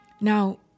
Now